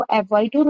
avoid